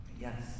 Yes